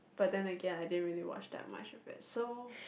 but then again I didn't really watch that much of it so